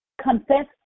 Confess